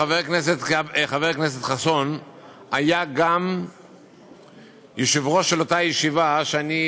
חבר הכנסת חסון היה גם יושב-ראש של אותה ישיבה שבה אני